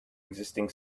existing